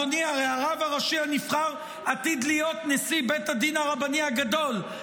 אדוני: הרי הרב הראשי הנבחר עתיד להיות נשיא בית הדין הרבני הגדול,